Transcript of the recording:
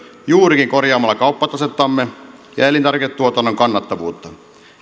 juurikin korjaamalla kauppatasettamme ja elintarviketuotannon kannattavuutta